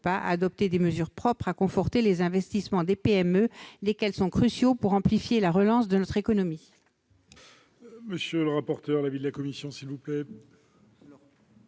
pas, à adopter des mesures propres à conforter les investissements des PME, lesquels sont cruciaux pour amplifier la relance de notre économie.